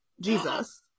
Jesus